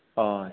आदसा